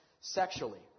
sexually